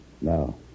No